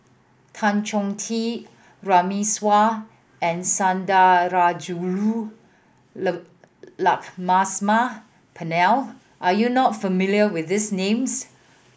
Tan Chong Tee Runme Shaw and Sundarajulu Lakshmana Perumal are you not familiar with these names